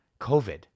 COVID